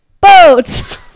Boats